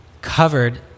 covered